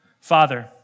Father